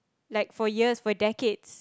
like for years for decades